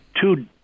two